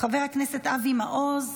חבר הכנסת אבי מעוז,